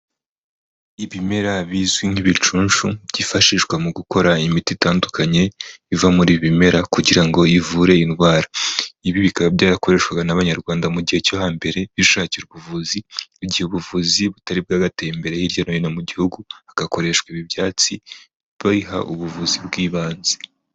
Ibimera bizwi nk'ibicunshu byifashishwa mu gukora imiti itandukanye iva muri bimera kugira ngo ivure iyi indwara, ibi bikaba byarakoreshwaga n'abanyarwanda mu gihe cyo hambere bishakira ubuvuzi, mu igihe ubuvuzi butari bwagateye imbere hirya no hino mu gihugu hagakoreshwa ibi ibyatsi bayiha ubuvuzi bw'ibanze.